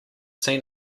seen